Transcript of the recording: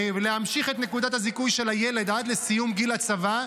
למעשה להמשיך את נקודת הזיכוי של הילד עד לסיום גיל הצבא,